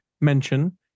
mention